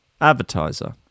Advertiser